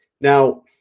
Now